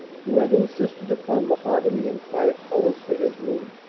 who had insisted upon mahogany and quiet colors for his room.